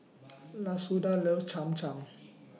Lashunda loves Cham Cham